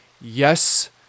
Yes